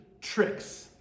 tricks